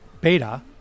Beta